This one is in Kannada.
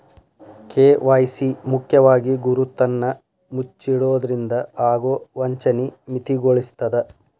ಕೆ.ವಾಯ್.ಸಿ ಮುಖ್ಯವಾಗಿ ಗುರುತನ್ನ ಮುಚ್ಚಿಡೊದ್ರಿಂದ ಆಗೊ ವಂಚನಿ ಮಿತಿಗೊಳಿಸ್ತದ